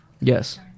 Yes